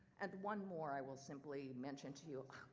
and one more i will simply mention to you,